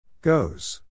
Goes